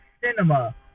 cinema